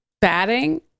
batting